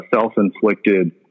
self-inflicted